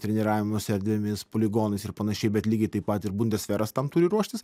treniravimosi erdvėmis poligonais ir panašiai bet lygiai taip pat ir bundesveras tam turi ruoštis